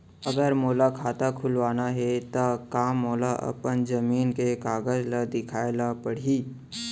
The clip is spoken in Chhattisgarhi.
अगर मोला खाता खुलवाना हे त का मोला अपन जमीन के कागज ला दिखएल पढही?